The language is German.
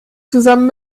zusammen